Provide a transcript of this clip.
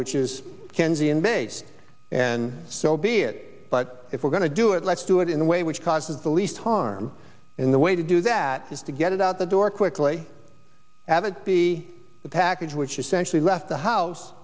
maze and so be it but if we're going to do it let's do it in a way which causes the least harm in the way to do that is to get it out the door quickly have it be a package which essentially left the house